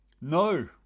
no